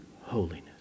holiness